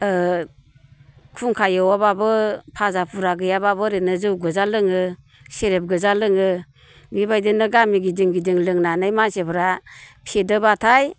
खुंखा एवाबाबो भाजा फुरा गैयाबाबो ओरैनो जौगोजा लोङो सेरेब गोजा लोङो बेबायदिनो गामि गिदिं गिदिं लोंनानै मानसिफ्रा फेदोंबाथाय